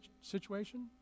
situation